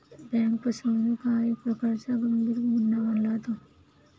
bank फसवणूक हा एक प्रकारचा गंभीर गुन्हा मानला जातो